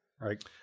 right